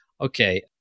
okay